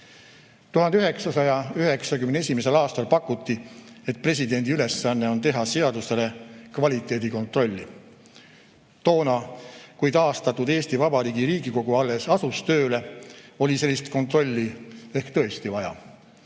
1991. aastal pakuti, et presidendi ülesanne on teha seadustele kvaliteedikontrolli. Toona, kui taastatud Eesti Vabariigi Riigikogu alles asus tööle, oli sellist kontrolli ehk tõesti vaja.